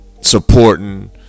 Supporting